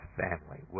family